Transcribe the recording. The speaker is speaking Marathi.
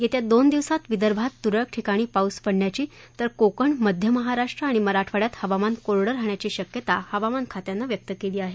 येत्या दोन दिवसात विदर्भात तुरळक ठिकाणी पाऊस पडण्याची तर कोकण मध्य महाराष्ट्र आणि मराठवाडयात हवामान कोरडं राहण्याची शक्यता हवामान खात्यानं व्यक्त केली आहे